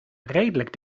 redelijk